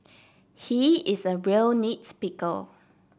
he is a real nits picker